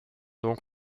donc